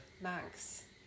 Max